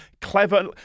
clever